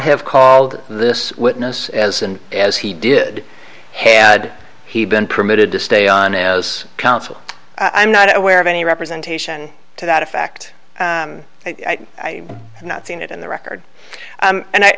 have called this witness as and as he did had he been permitted to stay on as counsel i'm not aware of any representation to that effect i have not seen it in the record and i